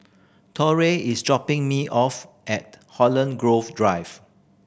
Torry is dropping me off at Holland Grove Drive